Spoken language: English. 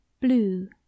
blue